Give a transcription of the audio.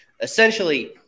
Essentially